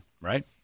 right